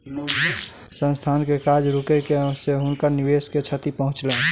संस्थान के काज रुकै से हुनकर निवेश के क्षति पहुँचलैन